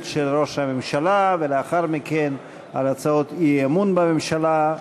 הממשלה ולאחר מכן על הצעות האי-אמון בממשלה.